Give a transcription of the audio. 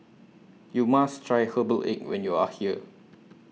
YOU must Try Herbal Egg when YOU Are here